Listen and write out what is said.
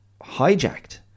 hijacked